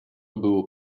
było